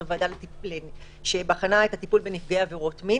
זו ועדה שבחנה את הטיפול בנפגעי עבירות מין.